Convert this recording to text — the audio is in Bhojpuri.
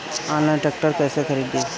आनलाइन ट्रैक्टर कैसे खरदी?